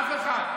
אף אחד,